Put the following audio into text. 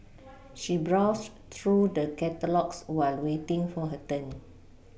she browsed through the catalogues while waiting for her turn